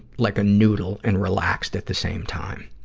like a noodle and relaxed at the same time.